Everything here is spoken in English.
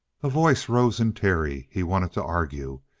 a voice rose in terry. he wanted to argue.